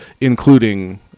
including